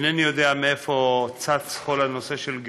אינני יודע מאיפה צץ כל הנושא של גירוש,